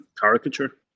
caricature